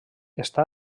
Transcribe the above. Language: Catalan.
està